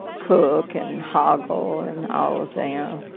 cook and hoggle and all of them,